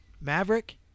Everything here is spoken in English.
Maverick